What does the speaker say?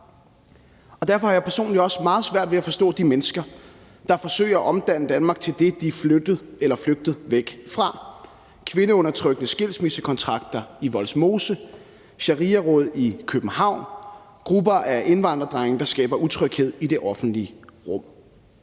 Derfor har jeg personligt også meget svært ved at forstå de mennesker, der forsøger at omdanne Danmark til det, de er flyttet eller flygtet væk fra: kvindeundertrykkende skilsmissekontrakter i Vollsmose, shariaråd i København, grupper af indvandrerdrenge, der skaber utryghed i det offentlige rum.